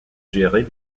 gérer